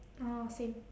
oh same